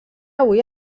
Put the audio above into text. avui